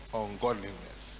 ungodliness